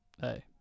hey